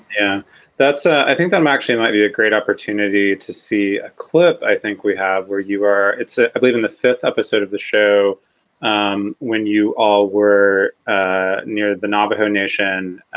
and that's ah i think that i'm actually might be a great opportunity to see a clip. i think we have where you are. it's ah i believe in the fifth episode of the show um when you all were ah near the navajo nation